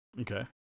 Okay